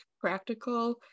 practical